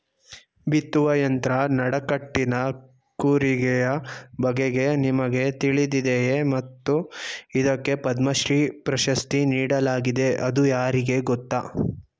ಬಿತ್ತುವ ಯಂತ್ರ ನಡಕಟ್ಟಿನ ಕೂರಿಗೆಯ ಬಗೆಗೆ ನಿಮಗೆ ತಿಳಿದಿದೆಯೇ ಮತ್ತು ಇದಕ್ಕೆ ಪದ್ಮಶ್ರೀ ಪ್ರಶಸ್ತಿ ನೀಡಲಾಗಿದೆ ಅದು ಯಾರಿಗೆ ಗೊತ್ತ?